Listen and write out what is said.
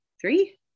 three